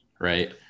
Right